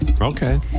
Okay